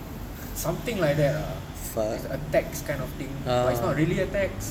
something like that lah like it's a tax kind of thing but it's not really a tax